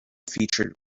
featured